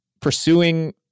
Pursuing